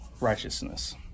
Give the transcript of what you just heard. righteousness